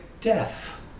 death